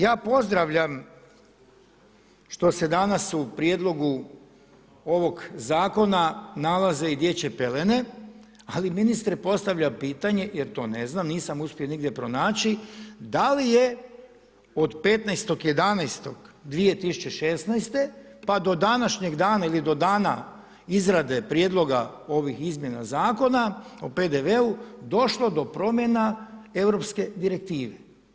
Ja pozdravljam što se danas u prijedlogu ovog Zakona nalaze i dječje pelene, ali ministre, postavljam pitanje, jer to ne znam, nisam uspio nigdje pronaći, da li je od 15.11.2016. pa do današnjeg dana ili do dana izrade Prijedloga ovih izmjena Zakona o PDV-u došlo do promjena europske direktive?